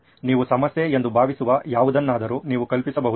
ನೀವು ಸಮಸ್ಯೆ ಎಂದು ಭಾವಿಸುವ ಯಾವುದನ್ನಾದರೂ ನೀವು ಕಲ್ಪಿಸಬಹುದೇ